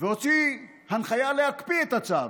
והוציא ההנחיה להקפיא את הצו.